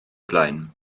blaen